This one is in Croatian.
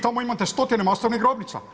Tamo imate stotine masovnih grobnica.